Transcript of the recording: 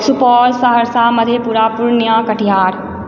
Supaul Saharsa Madhepura Purnia Katihar